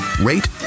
rate